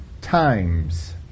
times